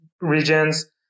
regions